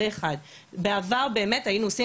הדבר השני, בעבר היינו עושים